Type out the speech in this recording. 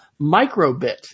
Microbit